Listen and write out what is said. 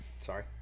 Sorry